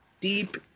deep